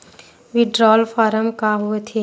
withdrawal form का होथेय